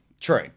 true